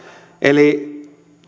eli